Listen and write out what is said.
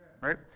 right